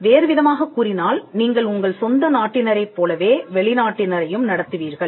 வேறுவிதமாகக் கூறினால் நீங்கள் உங்கள் சொந்த நாட்டினரைப் போலவே வெளிநாட்டினரையும் நடத்துவீர்கள்